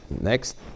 next